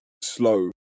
slow